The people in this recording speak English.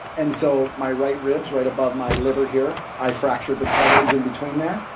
and so my right ribs, right above my liver here, i fractured the cartilage in between there,